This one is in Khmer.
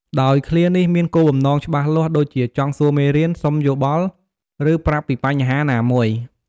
ដោយឃ្លានេះមានគោលបំណងច្បាស់លាស់ ដូចជាចង់សួរមេរៀន សុំយោបល់ ឬប្រាប់ពីបញ្ហាណាមួយ។